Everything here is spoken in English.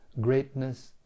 greatness